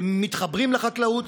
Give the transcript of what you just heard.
מתחברים לחקלאות,